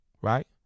Right